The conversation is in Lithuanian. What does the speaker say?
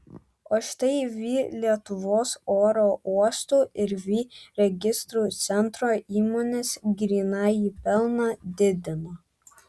o štai vį lietuvos oro uostų ir vį registrų centro įmonės grynąjį pelną didino